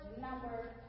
number